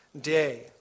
day